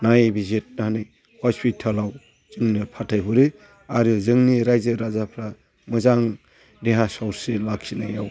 नायबिजिरनानै हस्पिटालाव जोंनो फाथायहरो आरो जोंनि रायजो राजाफोरा मोजां देहा सावस्रि लाखिनायाव